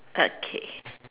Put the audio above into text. okay